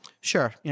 Sure